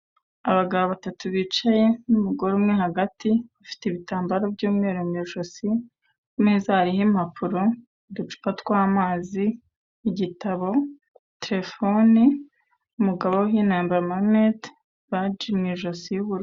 Abagabo batatu bicaye n'umugore umwe hagati bafite ibitambaro by'umweru mu ijosi kumeza hariho impapuro, uducupa twamazi, igitabo, terefone, umugabo wambaye amarineti, baji mu ijosi y,ubururu.